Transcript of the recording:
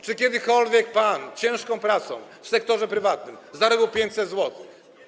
Czy kiedykolwiek pan ciężką pracą w sektorze prywatnym zarobił 500 zł?